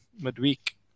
midweek